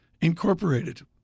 Incorporated